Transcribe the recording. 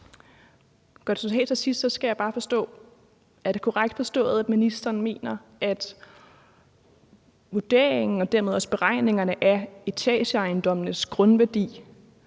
noget. Er det korrekt forstået, at ministeren mener, at vurderingen og dermed også beregningerne af etageejendommenes grundværdi